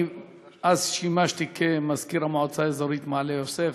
שימשתי אז כמזכיר המועצה האזורית מעלה-יוסף.